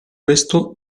questo